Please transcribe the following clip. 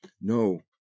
no